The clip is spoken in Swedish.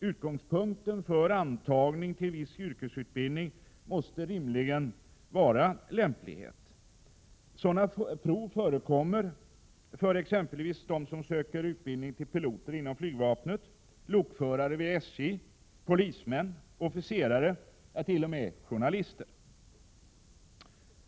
Utgångspunkten för antagning till viss yrkesutbildning måste rimligen vara lämplighet. Sådana prov förekommer för exempelvis dem som söker utbildning till pilot inom flygvapnet, till lokförare vid SJ, till polisman, till officerare, ja, t.o.m. till journalist.